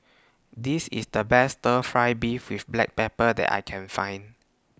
This IS The Best Stir Fry Beef with Black Pepper that I Can Find